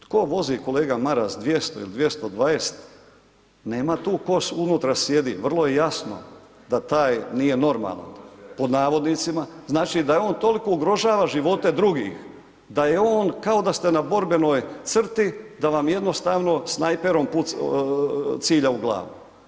Tko vozi kolega Maras 200 ili 220 nema tu tko unutra sjedi, vrlo je jasno da taj nije normalan pod navodnicima, znači da on toliko ugrožava živote drugih, da je on kao da ste na borbenoj crti da vam jednostavno snajperom cilja u glavu.